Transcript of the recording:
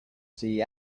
see